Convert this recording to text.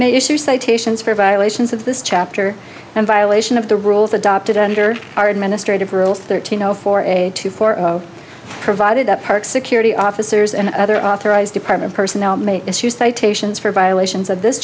may issue citations for violations of this chapter and violation of the rules adopted under our administrative rules thirteen zero four two four provided that park security officers and other authorized department personnel may issue citations for violations of this